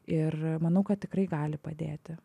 ir manau kad tikrai gali padėti